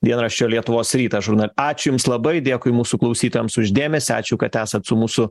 dienraščio lietuvos rytas žurnal ačiū jums labai dėkui mūsų klausytojams už dėmesį ačiū kad esat su mūsų